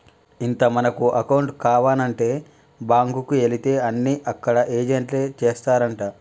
ఇంత మనకు అకౌంట్ కావానంటే బాంకుకు ఎలితే అన్ని అక్కడ ఏజెంట్లే చేస్తారంటా